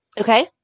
Okay